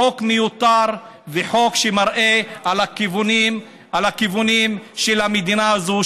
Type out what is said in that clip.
חוק מיותר וחוק שמראה את הכיוונים של המדינה הזאת,